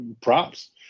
props